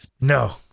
no